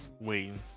waiting